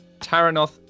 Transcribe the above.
Taranoth